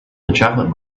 chocolate